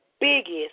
biggest